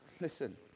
Listen